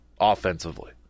offensively